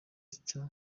cya